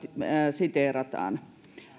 siteerataan